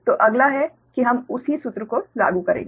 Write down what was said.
तो अगला है कि हम उसी सूत्र को लागू करेंगे